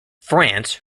france